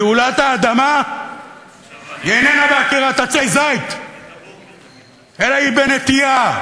גאולת האדמה איננה בעקירת עצי זית אלא בנטיעה,